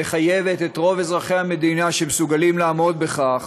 המחייבת את רוב אזרחי המדינה שמסוגלים לעמוד בכך